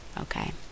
okay